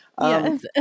Yes